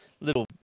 little